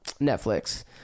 Netflix